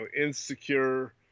insecure